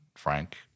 Frank